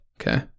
okay